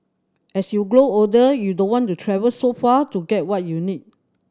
as you grow older you don't want to travel so far to get what you need